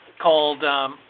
called